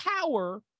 power